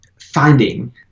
finding